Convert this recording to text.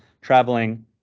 traveling